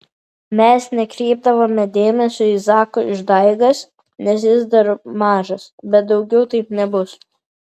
mes nekreipdavome dėmesio į zako išdaigas nes jis dar mažas bet daugiau taip nebus